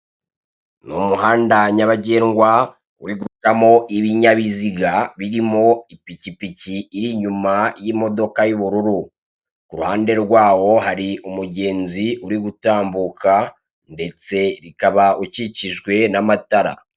Ni umuhanda nyabagendwa uri gucamo ibinyabiziga birimo ipikipiki iri inyuma y'imodoka y'ubururu kuruhande rwawo hari umugenzi uri gutambuka ndetse ukaba ukikijwe n'amatara.